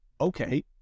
okay